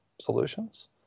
solutions